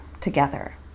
together